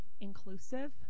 inclusive